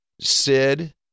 Sid